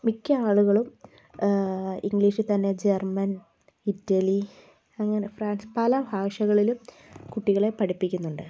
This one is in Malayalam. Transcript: മിക്കയാളുകളും ഇംഗ്ലീഷിൽ തന്നെ ജർമ്മൻ ഇറ്റലി അങ്ങനെ ഫ്രാൻസ് പല ഭാഷകളിലും കുട്ടികളെ പഠിപ്പിക്കുന്നുണ്ട്